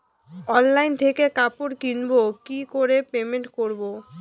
Online থেকে কাপড় কিনবো কি করে পেমেন্ট করবো?